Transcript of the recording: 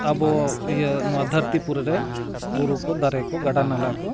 ᱟᱵᱚ ᱤᱭᱟᱹ ᱱᱚᱣᱟ ᱫᱷᱟᱹᱨᱛᱤ ᱯᱩᱨᱮ ᱨᱮ ᱵᱩᱨᱩ ᱠᱚ ᱫᱟᱨᱮ ᱠᱚ ᱜᱟᱰᱟ ᱱᱟᱞᱟ ᱠᱚ